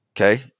okay